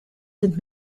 sind